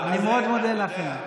אני מאוד מודה לכם.